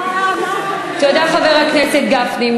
מה, מה, תודה, חבר הכנסת גפני.